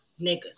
niggas